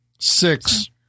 Six